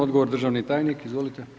Odgovor, državni tajnik, izvolite.